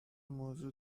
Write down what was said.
موضع